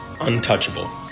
untouchable